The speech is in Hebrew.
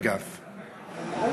אגב,